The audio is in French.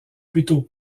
plutôt